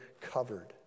covered